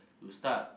to start